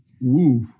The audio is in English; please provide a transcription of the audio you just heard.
Woo